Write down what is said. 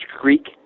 Greek